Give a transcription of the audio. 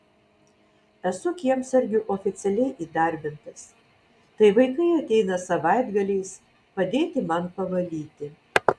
esu kiemsargiu oficialiai įdarbintas tai vaikai ateina savaitgaliais padėti man pavalyti